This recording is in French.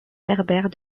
berbères